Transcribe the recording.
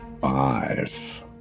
five